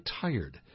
tired